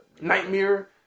Nightmare